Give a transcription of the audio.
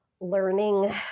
learning